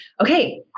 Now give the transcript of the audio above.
okay